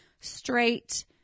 straight